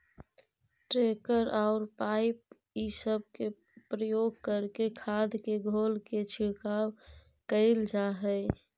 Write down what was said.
tanker औउर pipe इ सब के प्रयोग करके खाद के घोल के छिड़काव कईल जा हई